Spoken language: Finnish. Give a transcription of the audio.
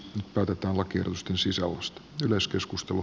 nyt päätetään lakiehdotusten sisällöstä